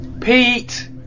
Pete